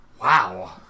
Wow